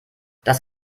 das